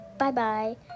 Bye-bye